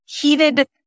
heated